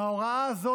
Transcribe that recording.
מההוראה הזאת,